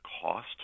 cost